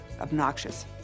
obnoxious